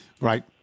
Right